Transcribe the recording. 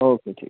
okay ठीक आहे